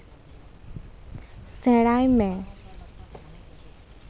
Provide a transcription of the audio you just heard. ᱥᱮᱬᱟᱭ ᱢᱮ